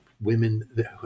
women